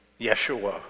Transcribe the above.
Yeshua